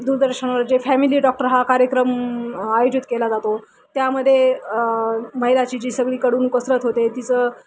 दूरदर्शनावर जे family doctor हा कार्यक्रम आयोजित केला जातो त्यामध्ये महिलाची जी सगळीकडून कसरत होते तिचं